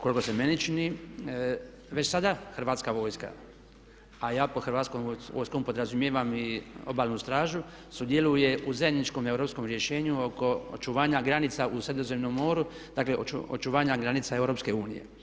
Koliko se meni čini već sada Hrvatska vojska a ja pod Hrvatskom vojskom podrazumijevam i Obalnu stražu sudjeluje u zajedničkom europskom rješenju oko očuvanja granica u Sredozemnom moru, dakle očuvanja granica EU.